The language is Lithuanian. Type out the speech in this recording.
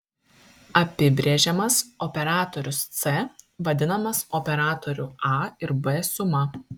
apibrėžiamas operatorius c vadinamas operatorių a ir b suma